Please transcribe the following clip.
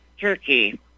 Turkey